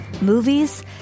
movies